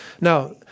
Now